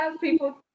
people